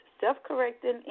self-correcting